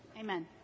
amen